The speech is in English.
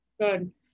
good